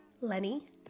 Lenny